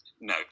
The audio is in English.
no